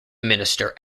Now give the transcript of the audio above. minister